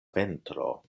ventro